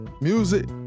music